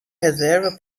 reserva